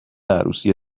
عروسی